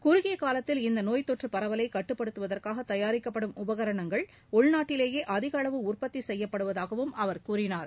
குறுகிய காலத்தில் இந்த நோய் தொற்று பரவலை கட்டுப்படுத்துவதற்காக தயாரிக்கப்படும் உபகரணங்கள் உள்நாட்டிலேயே அதிக அளவு உற்பத்தி செய்யப்படுவதாகவும் அவர் கூறினார்